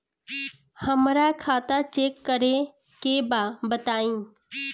हमरा खाता चेक करे के बा बताई?